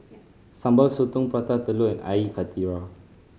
Sambal Sotong Prata Telur and Air Karthira